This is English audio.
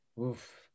Oof